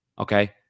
Okay